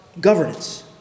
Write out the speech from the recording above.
governance